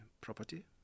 property